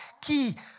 qui